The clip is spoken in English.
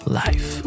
life